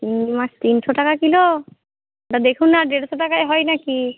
শিঙ্গি মাছ তিনশো টাকা কিলো তা দেখুন না দেড়শো টাকায় হয় নাকি